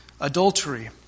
Adultery